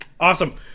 Awesome